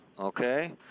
okay